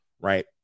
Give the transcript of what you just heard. Right